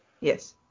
Yes